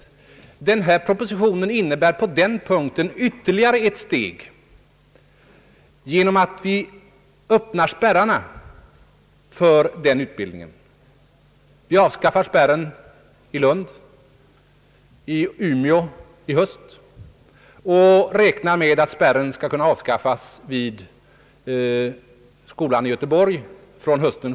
Den föreliggande propositionen innebär på denna punkt ytterligare ett steg genom att vi öppnar spärrarna för ekonomutbildningen. Vi avskaffar spärren i Lund, i Umeå — det sker i höst — och vi räknar med att spärren skall kunna avskaffas vid handelshögskolan i Göteborg från hösten 1970.